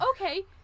okay